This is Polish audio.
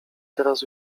teraz